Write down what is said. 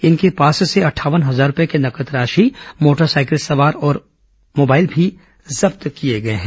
इनके पास से अंठावन हजार रूपये की नगद राशि मोटरसाइकिल सवार और मोबाइल भी जब्त किए गए हैं